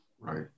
Right